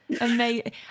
Amazing